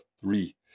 three